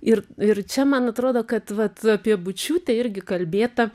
ir ir čia man atrodo kad vat apie bučiūtę irgi kalbėta